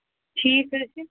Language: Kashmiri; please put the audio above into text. ٹھیٖک حظ چھُ